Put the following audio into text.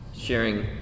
sharing